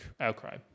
outcry